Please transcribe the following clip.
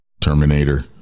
Terminator